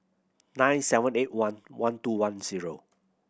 nine seven eight one one two one zero